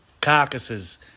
carcasses